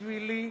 בשבילי,